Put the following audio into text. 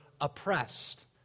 oppressed